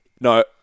No